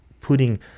putting